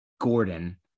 Gordon